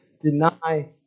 deny